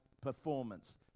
performance